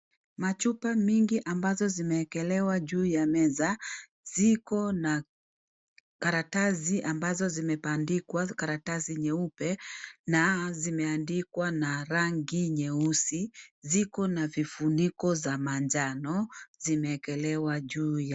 Chupa mingi ambazo zimewekelewa juu ya meza ,ziko na karatasi ambazo zimebandikwa, karatasi nyeupe, na zimeandikwa na rangi nyeusi. Ziko na vifuniko za manjano zimewekelewa juu ya.